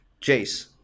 Jace